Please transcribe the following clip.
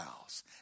house